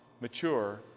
mature